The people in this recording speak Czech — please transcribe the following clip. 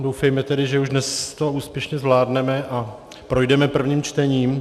Doufejme, že už dnes to úspěšně zvládneme a projdeme prvním čtením.